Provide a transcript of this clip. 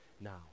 now